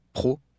pro